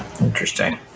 interesting